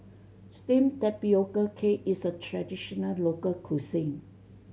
steamed tapioca cake is a traditional local cuisine